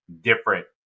different